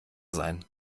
sein